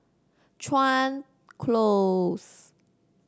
Chuan Close